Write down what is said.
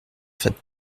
faites